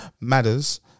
matters